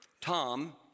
Tom